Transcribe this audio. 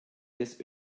des